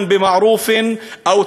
(אומר דברים בשפה בערבית ומתרגמם:)